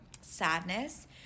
sadness